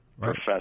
professor